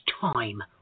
time